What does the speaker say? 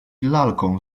lalką